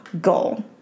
goal